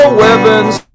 weapons